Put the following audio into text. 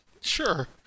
Sure